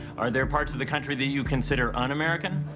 are there parts of the country that you consider un-american?